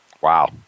Wow